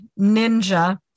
ninja